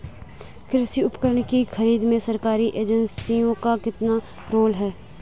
कृषि उपकरण की खरीद में सरकारी एजेंसियों का कितना रोल है?